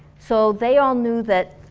so they all knew that,